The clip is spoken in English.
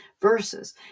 verses